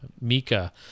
Mika